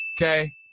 Okay